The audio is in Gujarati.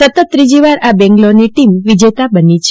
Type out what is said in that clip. સતત ત્રીજીવાર આ બેંગ્લોરની ટીમ વિજેતા બની છે